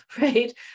right